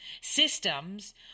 systems